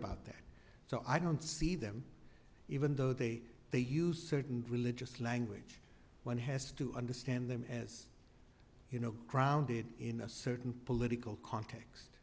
about that so i don't see them even though they they use certain religious language one has to understand them as you know grounded in a certain political context